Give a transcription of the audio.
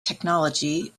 technology